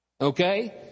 Okay